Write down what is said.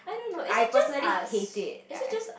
I personally hate it like